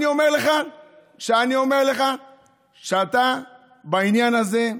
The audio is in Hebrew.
אני אומר לך שאתה בעניין הזה,